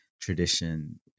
tradition